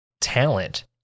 talent